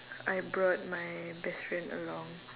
I brought my best friend along